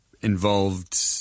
involved